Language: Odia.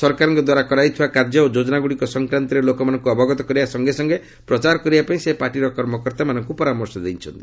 ସରକାରଙ୍କ ଦ୍ୱାରା କରାଯାଇଥିବା କାର୍ଯ୍ୟ ଓ ଯୋଜନାଗୁଡ଼ିକ ସଂକ୍ରାନ୍ତରେ ଲୋକମାନଙ୍କୁ ଅବଗତ କରାଇବା ସଙ୍ଗେସଙ୍ଗେ ପ୍ରଚାର କରିବା ପାଇଁ ସେ ପାର୍ଟିର କର୍ମକର୍ତ୍ତାମାନଙ୍କୁ ପରାମର୍ଶ ଦେଇଛନ୍ତି